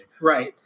Right